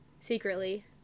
secretly